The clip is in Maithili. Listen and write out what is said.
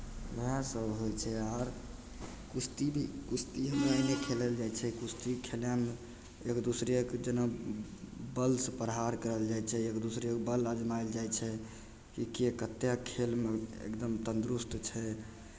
इएहसभ होइ छै आओर कुश्ती कुश्ती एमहर नहि खेलल जाइ छै कुश्ती खेलयमे एक दूसरेके जेना बलसँ प्रहार करल जाइ छै एक दूसरेके बल आजमायल जाइ छै कि के कतेक खेलमे एकदम तन्दुरुस्त छै